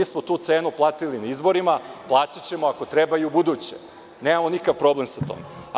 Mi smo tu cenu platili na izborima, platićemo ako treba i ubuduće, nemamo nikakav problem sa tim.